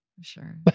Sure